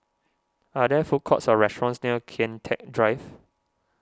are there food courts or restaurants near Kian Teck Drive